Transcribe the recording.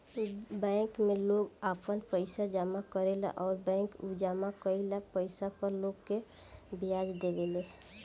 bank में लोग आपन पइसा जामा करेला आ बैंक उ जामा कईल पइसा पर लोग के ब्याज देवे ले